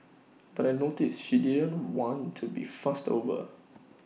but I noticed she didn't want to be fussed over